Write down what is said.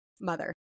mother